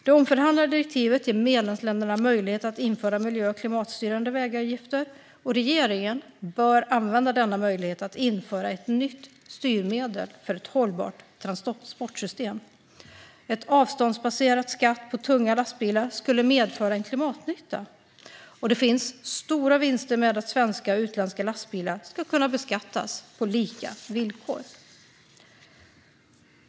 Det omförhandlade direktivet ger medlemsländerna möjlighet att införa miljö och klimatstyrande vägavgifter, och regeringen bör använda denna möjlighet att införa ett nytt styrmedel för ett hållbart transportsystem. En avståndsbaserad skatt på tunga lastbilar skulle medföra en klimatnytta, och det finns stora vinster med att svenska och utländska lastbilar kan beskattas på lika villkor.